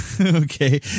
okay